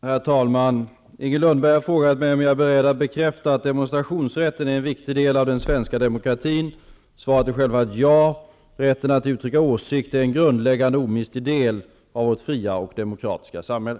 Herr talman! Inger Lundberg har frågat mig om jag är beredd att bekräfta att demonstrationsrätten är en viktig del av den svenska ekonomin. Svaret är självfallet ja. Rätten att uttrycka åsikter är en grundläggande och omistlig del av vårt fria och demokratiska samhälle.